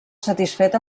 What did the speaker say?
satisfet